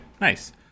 nice